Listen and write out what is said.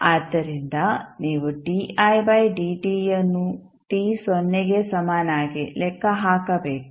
ಆದ್ದರಿಂದ ನೀವು ಯನ್ನು t ಸೊನ್ನೆಗೆ ಸಮನಾಗಿ ಲೆಕ್ಕ ಹಾಕಬೇಕು